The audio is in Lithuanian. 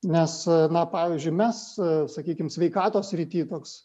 nes na pavyzdžiui mes sakykim sveikatos srity toks